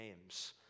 names